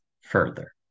further